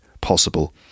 possible